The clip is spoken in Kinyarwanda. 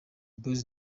boyz